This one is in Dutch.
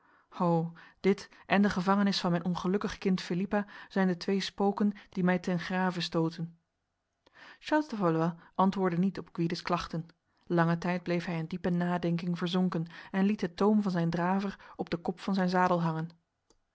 ho dit en de gevangenis van mijn ongelukkig kind philippa zijn de twee spoken die mij ten grave stoten charles de valois antwoordde niet op gwydes klachten lange tijd bleef hij in diepe nadenking verzonken en liet de toom van zijn draver op de kop van zijn zadel hangen